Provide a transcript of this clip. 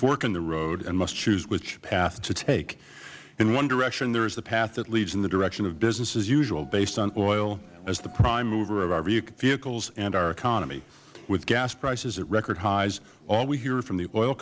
fork in the road and must choose which path to take in one direction there is the path that leads in the direction of business as usual based on oil as the prime mover of our vehicles and our economy with gas prices at record highs all we hear from the oil